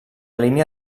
línia